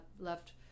left